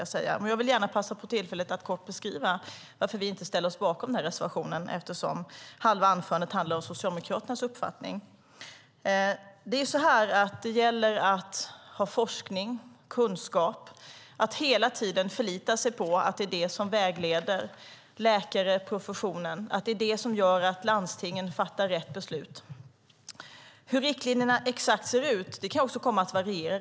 Jag vill gärna passa på tillfället att kort beskriva varför vi inte ställer oss bakom reservationen, eftersom halva anförandet handlade om Socialdemokraternas uppfattning. Det gäller att ha forskning och kunskap och hela tiden förlita sig på att det är vad som vägleder läkare och professionen och gör att landstingen fattar rätt beslut. Hur riktlinjerna exakt ser ut kan komma att variera.